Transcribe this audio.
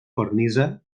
cornisa